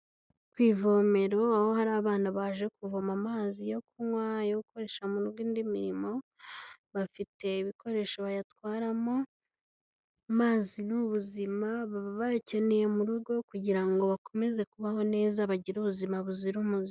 Ku ivomero aho hari abana baje kuvoma amazi yo kunywa, yo gukoresha mu rugo indi mirimo, bafite ibikoresho bayatwaramo, amazi n'ubuzima baba bayakeneye mu rugo kugira ngo bakomeze kubaho neza bagire ubuzima buzira umuze.